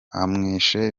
abamwishe